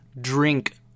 drink